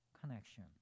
connection